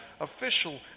official